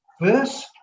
First